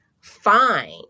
fine